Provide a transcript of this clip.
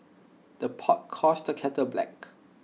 the pot calls the kettle black